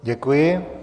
Děkuji.